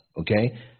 okay